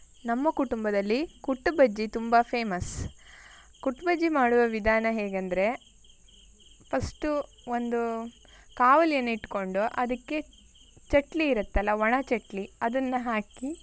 ನಮ್ಮ ಕುಟುಂಬದಲ್ಲಿ ಕುಟ್ಟು ಬಜ್ಜಿ ತುಂಬ ಫೇಮಸ್ ಕುಟ್ಟು ಬಜ್ಜಿ ಮಾಡುವ ವಿಧಾನ ಹೇಗೆ ಅಂದ್ರೆ ಫಸ್ಟು ಒಂದು ಕಾವಲಿಯನ್ನು ಇಟ್ಟುಕೊಂಡು ಅದಕ್ಕೆ ಚಟ್ಲಿ ಇರುತ್ತಲ್ವ ಒಣ ಚಟ್ಲಿ ಅದನ್ನು ಹಾಕಿ